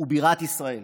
ובירת ישראל,